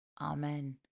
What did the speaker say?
Amen